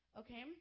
okay